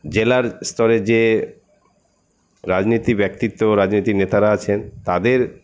জেলার স্তরে যে রাজনীতি ব্যক্তিত্ব রাজনীতি নেতারা আছেন তাদের